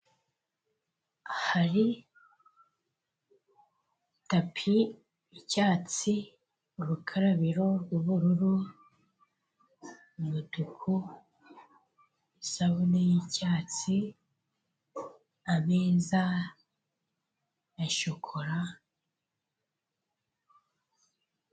Hari tapi y'icyatsi urukarabiro rw'ubururu umutuku isabune y'icyatsi ameza ya shokora.